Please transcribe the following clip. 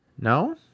no